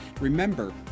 Remember